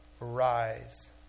Rise